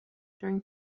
during